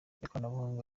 ikoranabuhanga